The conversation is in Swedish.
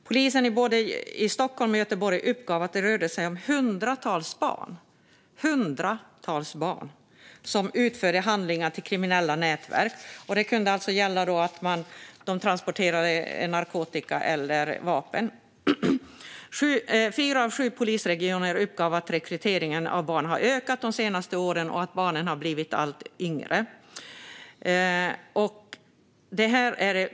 Polisen i både Stockholm och Göteborg uppgav att det rörde sig om hundratals barn - hundratals - som utförde handlingar för kriminella nätverk, till exempel transport av narkotika eller vapen. Fyra av sju polisregioner uppgav att rekryteringen av barn har ökat de senaste åren och att barnen har blivit allt yngre.